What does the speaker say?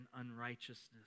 unrighteousness